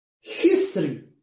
history